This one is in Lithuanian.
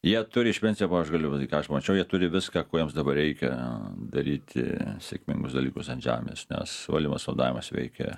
jie turi iš principo aš galiu pasakyt ką aš mačiau jie turi viską ko jiems dabar reikia daryti sėkmingus dalykus ant žemės nes valdymas vadovavimas veikia